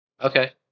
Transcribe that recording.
Okay